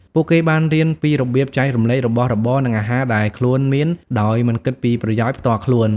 ពួកគេបានរៀនពីរបៀបចែករំលែករបស់របរ និងអាហារដែលខ្លួនមានដោយមិនគិតពីប្រយោជន៍ផ្ទាល់ខ្លួន។